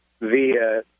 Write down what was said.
via